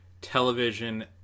television